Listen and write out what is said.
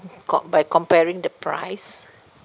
com~ by comparing the price